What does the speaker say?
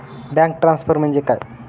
Bank transfer म्हणजे काय?